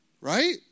Right